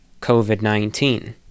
COVID-19